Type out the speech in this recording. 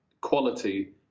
quality